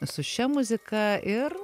su šia muzika ir